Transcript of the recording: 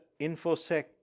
InfoSec